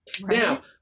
Now